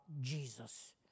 Jesus